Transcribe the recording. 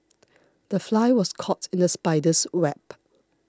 the fly was caught in the spider's web